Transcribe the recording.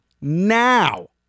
now